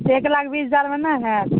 एक लाख बीस हजारमे नहि हैत